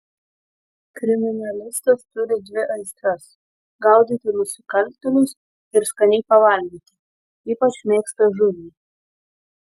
kriminalistas turi dvi aistras gaudyti nusikaltėlius ir skaniai pavalgyti ypač mėgsta žuvį